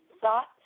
thoughts